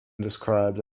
described